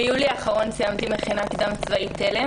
ביולי האחרון סיימתי מכינה קדם צבאית תל"ם